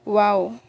wow